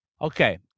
Okay